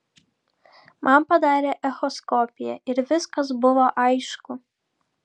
man padarė echoskopiją ir viskas buvo aišku